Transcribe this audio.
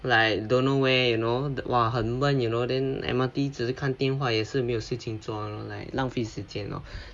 like don't know where you know that !wah! 很闷 you know then M_R_T 只是看电话也是没事情做 like 浪费时间 lor